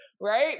right